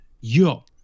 yo